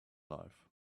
life